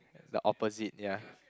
the opposite ya